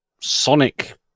sonic